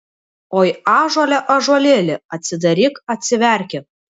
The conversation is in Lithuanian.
oi ąžuole ąžuolėli atsidaryk atsiverki